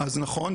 אז נכון,